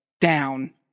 down